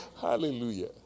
Hallelujah